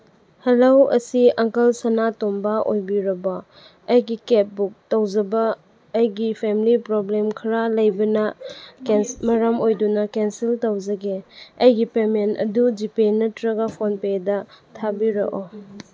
hello ꯑꯁꯤ ꯑꯪꯀꯜ ꯁꯅꯥꯇꯣꯝꯕ ꯑꯣꯏꯕꯤꯔꯕ ꯑꯩꯒꯤ ꯀꯦꯕ ꯕꯨꯛ ꯇꯧꯖꯕ ꯑꯩꯒꯤ ꯐꯦꯝꯂꯤ ꯄ꯭ꯔꯣꯕ꯭ꯂꯦꯝ ꯈꯔ ꯂꯩꯕꯅ ꯃꯔꯝ ꯑꯣꯏꯗꯨꯅ ꯀꯦꯟꯁꯦꯜ ꯇꯧꯖꯒꯦ ꯑꯩꯒꯤ ꯄꯦꯃꯦꯟ ꯑꯗꯨ ꯖꯤ ꯄꯦ ꯅꯠꯇ꯭ꯔꯒ ꯐꯣꯟꯄꯦꯗ ꯊꯥꯕꯤꯔꯛꯑꯣ